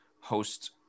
host